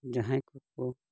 ᱡᱟᱦᱟᱸᱭ ᱠᱚᱠᱚ